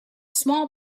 small